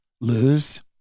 Lose